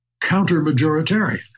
counter-majoritarian